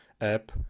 app